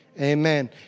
amen